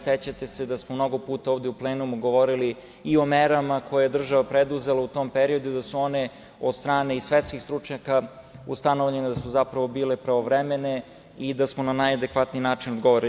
Sećate se da smo mnogo puta ovde i u plenumu govorili i o merama koje je država preduzela u tom periodu i da su one od strane i svetskih stručnjaka ustanovljene da su zapravo bile pravovremene i da smo na najadekvatniji način govore.